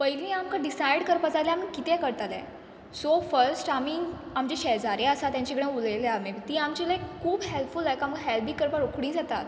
पयली आमकां डिसायड करपा जाय आल्हें आमी कितें करतले सो फस्ट आमी आमचे शेजारी आसा तेंचे कडेन उलयले आमी तीं आमची लायक खूब हॅल्पफूल लायक आमकां हॅल्प बी करपा रोखडींच येतात